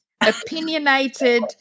opinionated